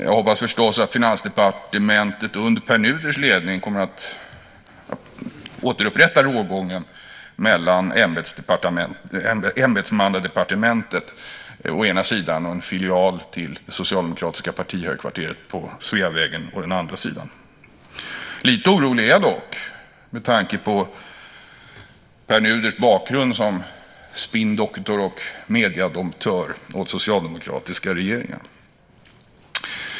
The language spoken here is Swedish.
Jag hoppas förstås att Finansdepartementet under Pär Nuders ledning kommer att återupprätta rågången mellan ämbetsmannadepartementet å ena sidan och en filial till socialdemokratiska partihögkvarteret på Sveavägen å den andra sidan. Lite orolig är jag dock med tanke på Pär Nuders bakgrund som spinndoktor och mediedomptör åt socialdemokratiska regeringen.